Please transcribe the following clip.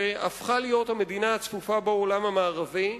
שהפכה להיות המדינה הצפופה בעולם המערבי,